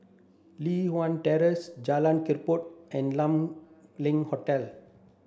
Li Hwan Terrace Jalan Kechot and Kam Leng Hotel